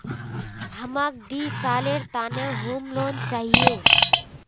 हमाक दी सालेर त न होम लोन चाहिए